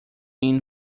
mean